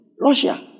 Russia